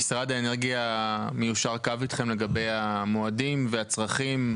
משרד האנרגיה מיישר אתכם קו לגבי המועדים והצרכים?